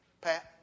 Pat